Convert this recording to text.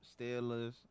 Steelers